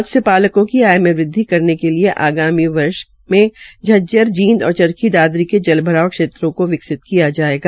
मत्सय पालकों की आय में वृद्धि करने के लिए आगामी वर्ष झज्जर जींद और चरखी दादरी के जलभराव क्षेत्रों को विकसित किया जाएगा